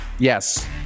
Yes